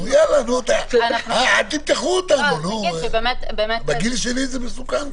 יאללה, אל תמתחו אותנו, בגיל שלי זה מסוכן כבר ...